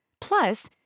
Plus